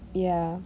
ya